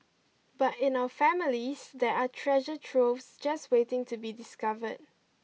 but in our families there are treasure troves just waiting to be discovered